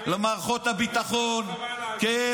למערכות הביטחון -- לכתוב לך מה להגיד?